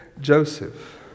Joseph